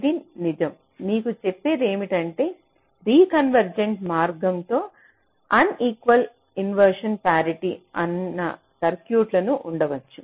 ఇది నిజం మీకు చెప్పే దేమిటంటే రికన్వెర్జెంట్ మార్గం తో ఆన్ఈక్వల్ ఇన్వర్షంన్ పారిటీ అన్న సర్క్యూట్లు ఉండవచ్చు